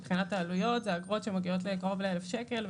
מבחינת העלויות אלו אגרות שמגיעות קרוב לאלף שקל,